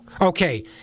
Okay